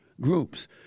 groups